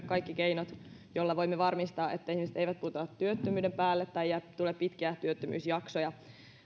kaikki keinot joilla voimme varmistaa että ihmiset eivät putoa työttömyyden päälle tai ettei tule pitkiä työttömyysjaksoja